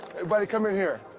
everybody come in here.